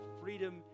freedom